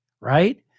right